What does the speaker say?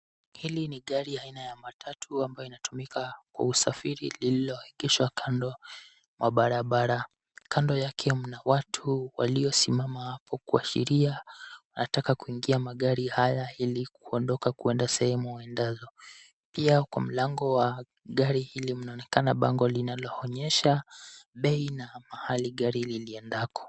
Hili ni gari, aina ya matatu, linalotumika kwa usafiri, lilioegeshwa kando, mabarabara, kando yake mna watu waliosimama hapo kuashiria, wanataka, kuingia magari haya ili, kuondoka kwenda sehemu waendazo, pia kwa mlango wa gari hili, mnaonekena bango linaloonyesha bei, na mahali gari liliendako.